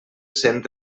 cent